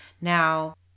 Now